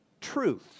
truth